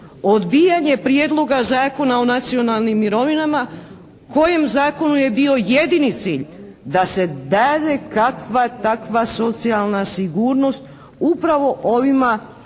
odbijanje Prijedloga Zakona o nacionalnim mirovinama kojem Zakonu je bio jedini cilj da se dade kakva, takva socijalna sigurnost upravo ovima